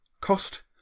Cost